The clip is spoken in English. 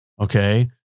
Okay